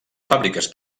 fàbriques